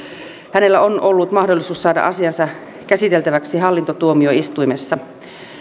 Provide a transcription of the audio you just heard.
hänellä on ollut mahdollisuus saada asiansa käsiteltäväksi hallintotuomioistuimessa